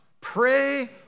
Pray